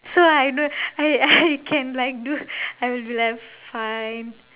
so I don't I I can like do I will be like fine